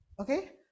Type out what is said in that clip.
okay